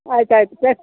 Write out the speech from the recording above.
ಆಯ್ತು ಆಯ್ತು ಸ